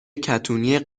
کتونی